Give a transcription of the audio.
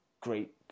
great